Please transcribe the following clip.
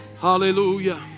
Hallelujah